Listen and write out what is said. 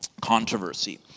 controversy